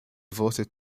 voted